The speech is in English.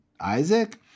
Isaac